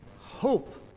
hope